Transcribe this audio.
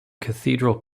cathedral